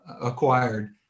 acquired